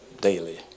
daily